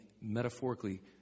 metaphorically